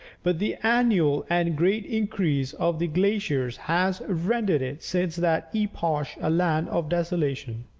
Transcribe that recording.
but the annual and great increase of the glaciers has rendered it since that epoch a land of desolation.